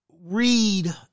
read